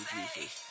Jesus